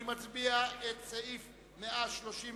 אני מצביע על הסעיף לפי הצעת